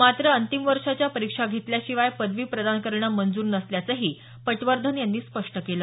मात्र अंतिम वर्षाच्या परीक्षा घेतल्याशिवाय पदवी प्रदान करणं मंजूर नसल्याचंही पटवर्धन यांनी स्पष्ट केलं